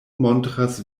montras